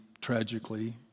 tragically